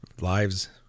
lives